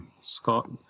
Scott